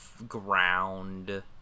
ground